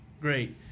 great